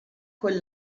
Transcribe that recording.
con